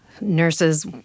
nurses